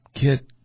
get